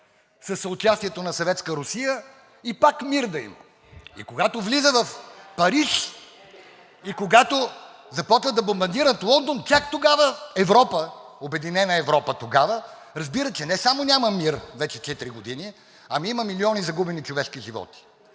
със съучастието на Съветска Русия и пак: „Мир да има!“ И когато влиза в Париж и когато започват да бомбардират Лондон, чак тогава Европа, обединена Европа, разбира, че не само няма мир – вече четири години, ами има милиони загубени човешки животи.